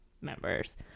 members